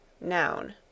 noun